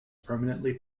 permanently